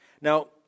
Now